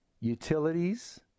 utilities